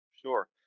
Sure